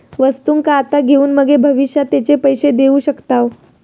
वस्तुंका आता घेऊन मगे भविष्यात तेचे पैशे देऊ शकताव